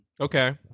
Okay